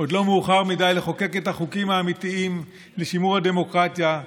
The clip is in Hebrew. עוד לא מאוחר מדי לחוקק את החוקים האמיתיים לשימור הדמוקרטיה.